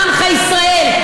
עמך ישראל,